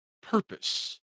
purpose